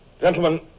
gentlemen